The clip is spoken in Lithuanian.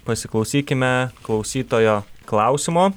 pasiklausykime klausytojo klausimo